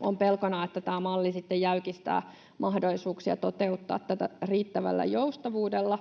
on pelkona, että tämä malli jäykistää mahdollisuuksia toteuttaa tätä riittävällä joustavuudella.